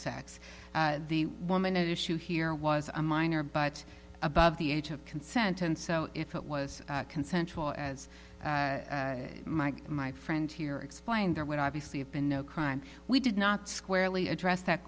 sex the woman at issue here was a minor but above the age of consent and so if it was consensual as mike my friend here explained there would obviously have been no crime we did not squarely address that